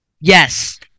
Yes